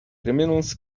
criminals